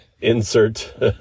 insert